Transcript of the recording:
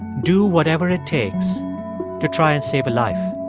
do whatever it takes to try and save a life.